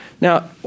Now